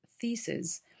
thesis